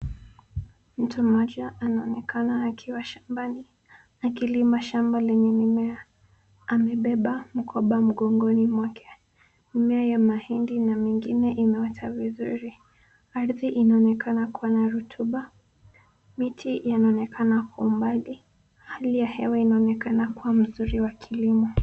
Mtu mmoja anaonekana akiwa shambani akilima shamba lenye mimea. Amebeba mkoba mgongoni mwake. Mmea ya mahindi na mengine inaota vizuri. Ardhi inaonekana kuwa na rutuba. Miti inaonekana kwa umbali. Hali ya hewa inaonekana kuwa mzuri wa kilimo.